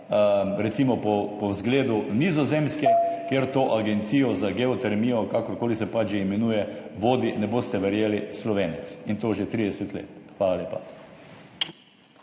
recimo po zgledu Nizozemske, kjer to agencijo za geotermijo, kakorkoli se pač že imenuje, vodi, ne boste verjeli, Slovenec, in to že 30 let. Hvala lepa.